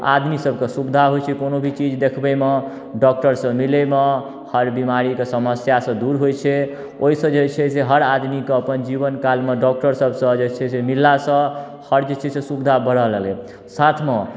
आदमी सबके सुविधा होइ छै कोनो भी चीज देखबैमे डॉक्टरसँ मिलैमे हर बीमारीके समस्यासँ दूर होइ छै ओइसँ जे छै से हर आदमीके अपन जीवन कालमे डॉक्टर सबसँ जे छै मिललासँ आओर हर जे छै से सुविधा बढ़ऽ लगलै साथमे